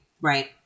Right